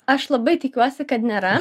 aš labai tikiuosi kad nėra